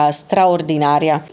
straordinaria